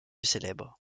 célèbre